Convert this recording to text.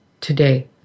today